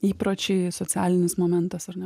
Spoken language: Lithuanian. įpročiai socialinis momentas ar ne